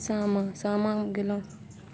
सामा सामा गेलहुॅं